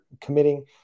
committing